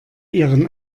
ihren